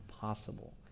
possible